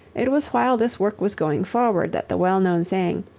it was while this work was going forward that the well-known saying,